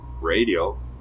radio